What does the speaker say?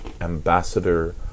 ambassador